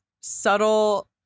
subtle